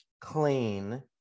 clean